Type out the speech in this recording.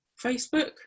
Facebook